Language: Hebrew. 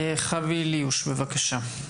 חוי ליוש, בבקשה.